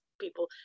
people